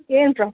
ಏನು ಪ್ರೊ